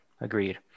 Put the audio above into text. agreed